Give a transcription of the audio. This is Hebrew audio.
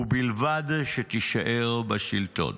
ובלבד שתישאר בשלטון,